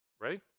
right